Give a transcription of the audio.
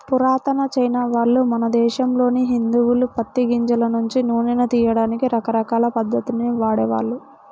పురాతన చైనావాళ్ళు, మన దేశంలోని హిందువులు పత్తి గింజల నుంచి నూనెను తియ్యడానికి రకరకాల పద్ధతుల్ని వాడేవాళ్ళు